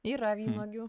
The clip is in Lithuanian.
yra vynuogių